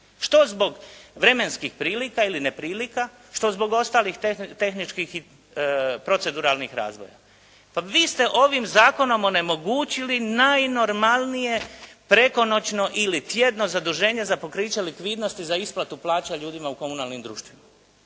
Što zbog vremenskih prilika ili ne prilika, što zbog ostalih tehničkih i proceduralnih razvoja. Pa vi ste ovim zakonom onemogućili najnormalnije prekonoćno ili tjedno zaduženje za pokriće likvidnosti za isplatu plaća ljudima u komunalnim društvima.